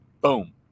Boom